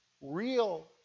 real